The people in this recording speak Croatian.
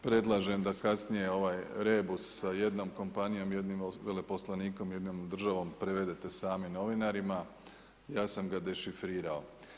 Predlažem da kasnije ovaj rebus sa jednom kompanijom, jednim veleposlanikom, jednom državom prevedete samim novinarima, ja sam ga dešifrirao.